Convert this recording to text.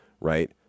right